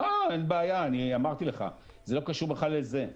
אה, אין בעיה, אני אמרתי לך: זה לא קשור בכלל לזה.